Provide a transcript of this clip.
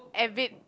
avid